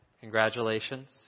congratulations